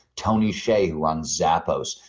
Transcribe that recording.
tony shea, who runs zappost,